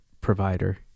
provider